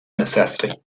necessity